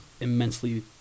immensely